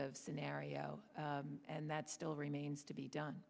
of scenario and that still remains to be done